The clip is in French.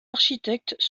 architectes